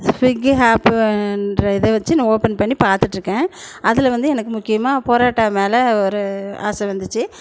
ஸ்வீகி ஹாப்புன்ற இதை வச்சு நான் ஓப்பன் பண்ணி பார்த்துட்டு இருக்கேன் அதில் வந்து எனக்கு முக்கியமாக பரோட்டா மேலே ஒரு ஆசை வந்துச்சு